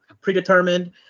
predetermined